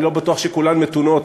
אני לא בטוח שכולן מתונות,